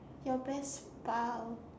your best pal